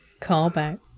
callback